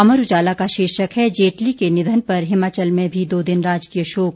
अमर उजाला का शीर्षक है जेटली के निधन पर हिमाचल में भी दो दिन राजकीय शोक